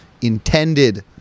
intended